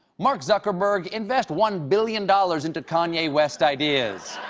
mark zuckerberg invest one billion dollars into kanye west ideas.